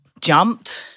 jumped